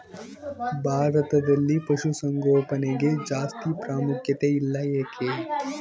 ಭಾರತದಲ್ಲಿ ಪಶುಸಾಂಗೋಪನೆಗೆ ಜಾಸ್ತಿ ಪ್ರಾಮುಖ್ಯತೆ ಇಲ್ಲ ಯಾಕೆ?